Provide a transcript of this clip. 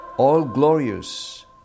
All-glorious